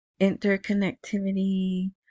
interconnectivity